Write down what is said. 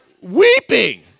weeping